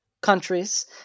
countries